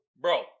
bro